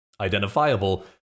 identifiable